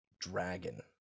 dragon